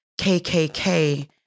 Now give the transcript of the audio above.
KKK